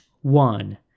one